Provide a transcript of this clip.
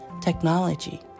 technology